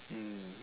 mm